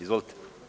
Izvolite.